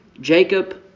Jacob